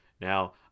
Now